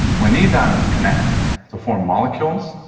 when these atoms connect to form molecules,